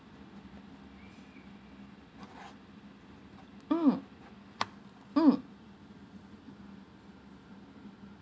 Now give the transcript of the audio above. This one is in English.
mm mm